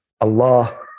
Allah